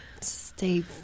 Stay